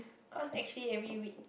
cause actually every week